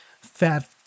Fat